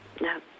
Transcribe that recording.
no